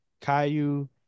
Caillou